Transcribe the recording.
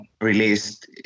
released